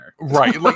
right